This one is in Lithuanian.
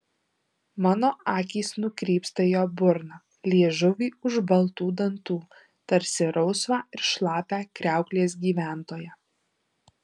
mano akys nukrypsta į jo burną liežuvį už baltų dantų tarsi rausvą ir šlapią kriauklės gyventoją